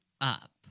up